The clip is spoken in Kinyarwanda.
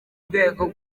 rwego